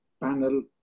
panel